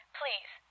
please